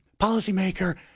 policymaker